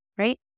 Right